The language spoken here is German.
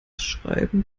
schreiben